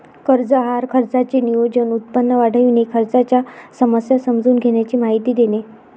कर्ज आहार खर्चाचे नियोजन, उत्पन्न वाढविणे, खर्चाच्या समस्या समजून घेण्याची माहिती देणे